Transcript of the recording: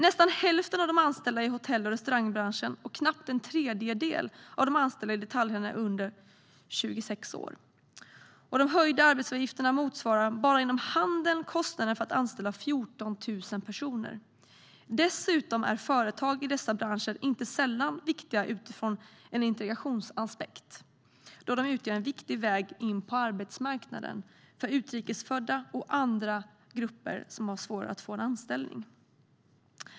Nästan hälften av de anställda i hotell och restaurangbranschen och knappt en tredjedel av de anställda i detaljhandeln är under 26 år, och de höjda arbetsgivaravgifterna motsvarar, bara inom handeln, kostnaden för att anställa 14 000 personer. Dessutom är företag i dessa branscher inte sällan viktiga utifrån en integrationsaspekt, då de utgör en viktig väg in på arbetsmarknaden för utrikesfödda och andra grupper som har svårare att få en anställning.